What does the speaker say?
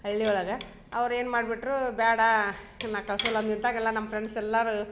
ಹಳ್ಳಿ ಒಳಗೆ ಅವ್ರ ಏನು ಮಾಡ್ಬಿಟ್ಟರೂ ಬ್ಯಾಡ ನಾ ಕಳ್ಸಲ್ಲ ನಿಂತಾಗಲ್ಲ ನಮ್ಮ ಫ್ರೆಂಡ್ಸ್ ಎಲ್ಲರು